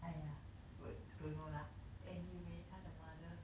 !aiya! but don't know lah anyway 她的 mother